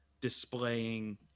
displaying